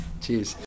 Cheers